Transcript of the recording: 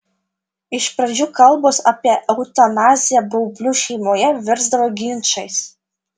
iš pradžių kalbos apie eutanaziją baublių šeimoje virsdavo ginčais